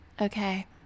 Okay